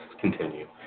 continue